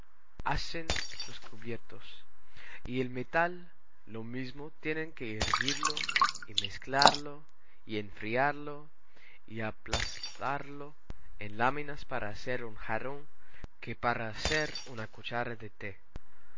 hacen los cubiertos y el metal lo mismo tienen que hervirlo y mezclarlo y enfriarlo y aplastarlo en láminas para hacer un jarrón que para hacer una cuchara de té